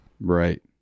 Right